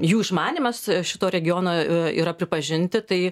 jų išmanymas šito regiono yra pripažinti tai